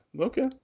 okay